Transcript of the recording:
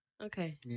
okay